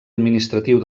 administratiu